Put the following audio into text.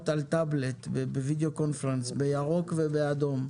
על טאבלט בווידאו קונפרס בירוק ובאדום.